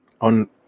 on